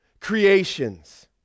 creations